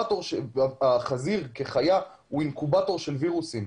החזיר כחיה הוא אינקובטור של וירוסים.